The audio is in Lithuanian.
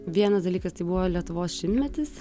vienas dalykas tai buvo lietuvos šimtmetis